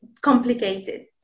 complicated